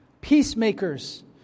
peacemakers